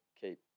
keep